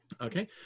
Okay